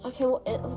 okay